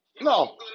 No